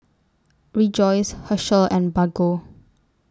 Rejoice Herschel and Bargo